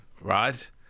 Right